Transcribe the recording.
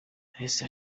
yahise